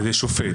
אז יש שופט,